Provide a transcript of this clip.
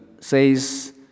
says